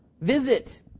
Visit